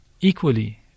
equally